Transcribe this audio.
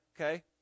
Okay